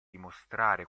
dimostrare